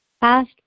past